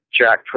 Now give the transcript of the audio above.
Jack